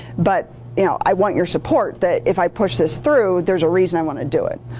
but you know i want your support that if i push this through there's a reason i want to do it.